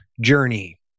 journey